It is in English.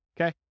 Okay